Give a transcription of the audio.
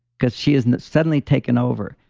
because she isn't suddenly taken over.